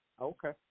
Okay